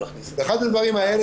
אחד הדברים האלה,